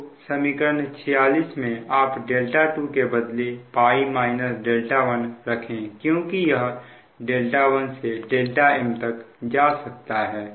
तो समीकरण 46 में आप 2 के बदले 1 रखें क्योंकि यह 1 से m तक जा सकता है